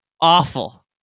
awful